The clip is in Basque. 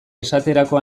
esaterako